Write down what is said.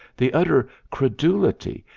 the utter credulity,